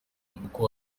boko